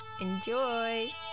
Enjoy